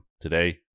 today